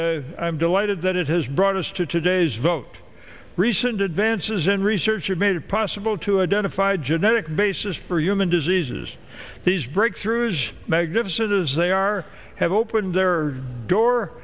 i'm delighted that it has brought us to today's vote recent advances in research have made it possible to identify genetic basis for human diseases these breakthroughs magnificent as they are have opened their door